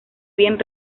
bien